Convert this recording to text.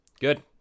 good